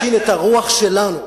שלנו,